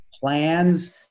plans